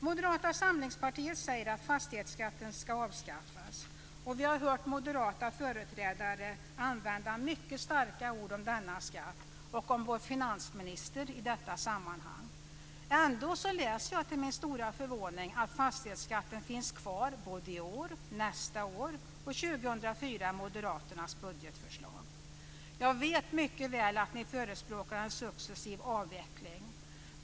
Moderata samlingspartiet säger att fastighetsskatten ska avskaffas. Vi har hört moderata företrädare använda mycket starka ord om denna skatt och om vår finansminister i detta sammanhang. Ändå läser jag till min stora förvåning att fastighetsskatten finns kvar både i år, nästa år och 2004 i Moderaternas budgetförslag. Jag vet mycket väl att ni förespråkar en successiv avveckling.